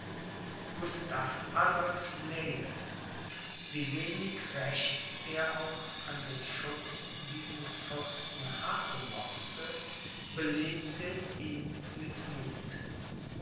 gustav adolphs nähe wie wenig recht er auch an den schutz dieses fürsten haben mochte belebte ihn mit muth